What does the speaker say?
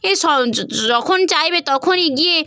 যখন চাইবে তখনই গিয়ে